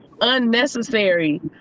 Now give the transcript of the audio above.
unnecessary